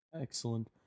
Excellent